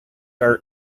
are